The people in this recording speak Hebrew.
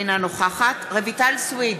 אינה נוכחת רויטל סויד,